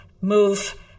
move